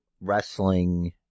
wrestling